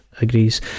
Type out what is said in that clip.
agrees